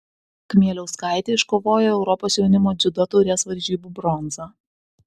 kmieliauskaitė iškovojo europos jaunimo dziudo taurės varžybų bronzą